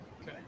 Okay